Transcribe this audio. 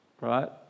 right